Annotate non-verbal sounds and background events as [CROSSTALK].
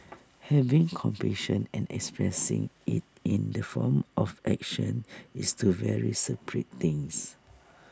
[NOISE] having compassion and expressing IT in the form of action is two very separate things